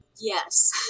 Yes